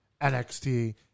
NXT –